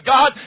God